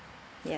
ya